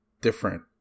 different